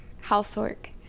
housework